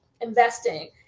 Investing